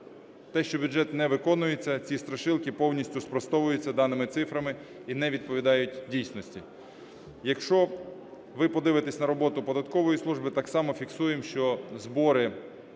те, що бюджет не виконується, ці страшилки повністю спростовуються даними цифрами і не відповідають дійсності. Якщо ви подивитесь на роботу податкової служби, так само фіксуємо, що збори